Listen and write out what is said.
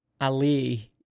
Ali